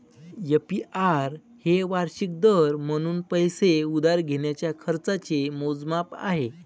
APR हे वार्षिक दर म्हणून पैसे उधार घेण्याच्या खर्चाचे मोजमाप आहे